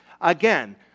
Again